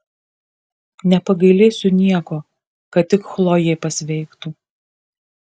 nepagailėsiu nieko kad tik chlojė pasveiktų